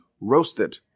roasted